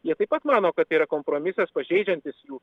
jie taip pat mano kad tai yra kompromisas pažeidžiantis jų